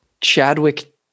Chadwick